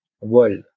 world